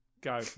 go